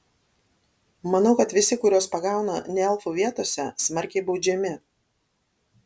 manau kad visi kuriuos pagauna ne elfų vietose smarkiai baudžiami